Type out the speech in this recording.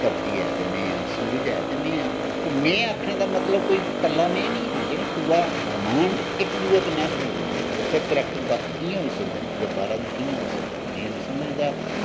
धरती ऐ ते में आं सूरज ऐ ते में आं में आखने दा मतलब कोई कल्ला में नीं आं पूरा ब्रहमांड इक दूए कन्नै अस जुड़े दे आं फिर करैक्टर बक्ख कि'यां होई सकदे न ते बाह्रा दे कि'यां होई सकदे न में नी समझदा